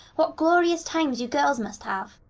what glorious times you girls must have